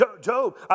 Job